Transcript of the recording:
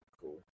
cool